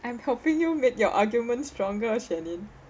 I am helping you made your argument stronger shelly